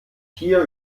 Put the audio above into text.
hier